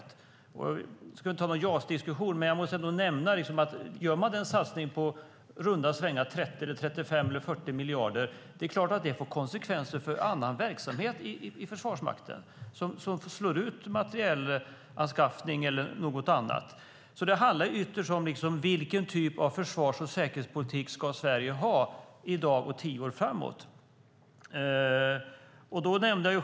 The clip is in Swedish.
Vi ska inte ha en JAS-diskussion, men gör man den satsningen på 30-40 miljarder får det såklart konsekvenser för annan verksamhet i Försvarsmakten och kan slå ut materielanskaffning eller något annat. Ytterst handlar det om vilken försvars och säkerhetspolitik Sverige ska ha i dag och tio år framåt.